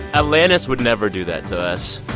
alanis would never do that to us